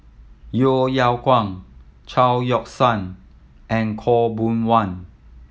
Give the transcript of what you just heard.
Yeo Yeow Kwang Chao Yoke San and Khaw Boon Wan